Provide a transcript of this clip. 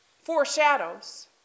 foreshadows